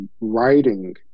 writing